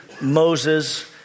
Moses